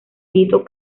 hizo